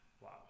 Wow